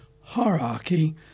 hierarchy